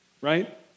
right